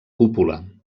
cúpula